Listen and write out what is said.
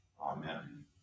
Amen